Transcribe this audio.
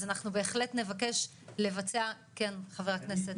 אז אנחנו בהחלט נבקש לבצע --- מאזן